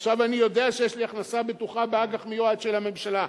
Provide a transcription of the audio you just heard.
עכשיו אני יודע שיש לי הכנסה בטוחה באג"ח מיועד של הממשלה.